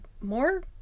more